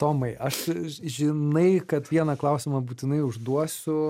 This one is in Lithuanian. tomai aš žinai kad vieną klausimą būtinai užduosiu